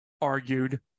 argued